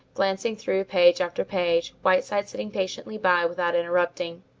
glanced through page after page, whiteside sitting patiently by without interrupting.